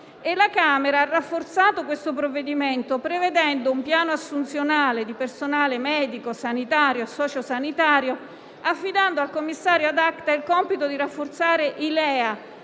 deputati ha rafforzato il provvedimento, prevedendo un piano assunzionale di personale medico, sanitario e socio-sanitario, affidando al commissario *ad acta* il compito di rafforzare i LEA,